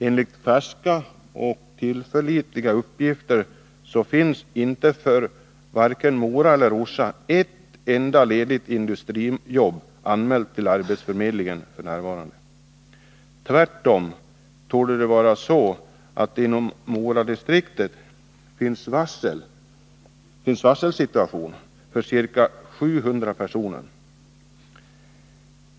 Enligt färska och tillförlitliga uppgifter finns det f. n. varken i Mora eller i Orsa ett enda ledigt industrijobb anmält till arbetsförmedlingen. Tvärtom torde det vara så att det i Moradistriktet förekommer en varselsituation för ca 700 personer.